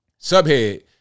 Subhead